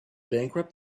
bankrupt